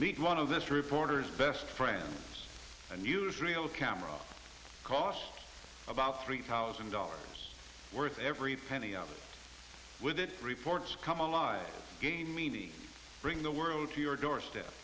meet one of this reporter's best friends and use real camera cost about three thousand dollars worth every penny of it with it reports come alive again meaning bring the world to your doorstep